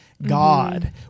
god